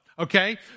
Okay